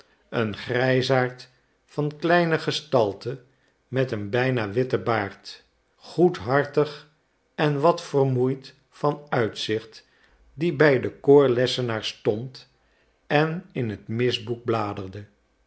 een grijsaard van kleine gestalte met een bijna witten baard goedhartig en wat vermoeid van uitzicht die bij den koorlessenaar stond en in het misboek bladerde